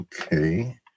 Okay